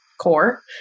core